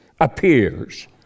appears